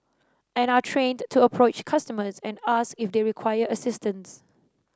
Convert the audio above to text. and are trained to approach customers and ask if they require assistance